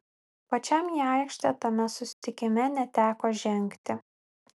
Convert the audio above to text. pačiam į aikštę tame susitikime neteko žengti